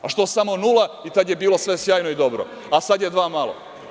A što samo nula i tada je bilo sve sjajno i dobro, a sada je dva malo.